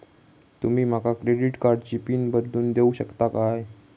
तुमी माका क्रेडिट कार्डची पिन बदलून देऊक शकता काय?